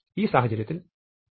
ഈ സാഹചര്യത്തിൽ c